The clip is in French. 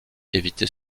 éviter